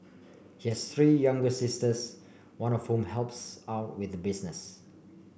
he has three younger sisters one of whom helps out with the business